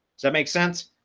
does that make sense?